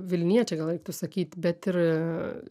vilniečiai gal reiktų sakyt bet ir